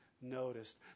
noticed